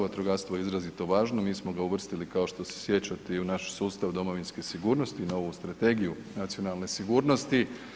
Vatrogastvo je izrazito važno, mi smo ga uvrstili kao što se sjećate u naš sustav domovinske sigurnosti na ovu Strategiju nacionalne sigurnosti.